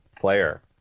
player